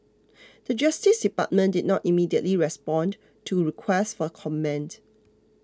the Justice Department did not immediately respond to request for comment